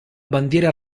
bandiera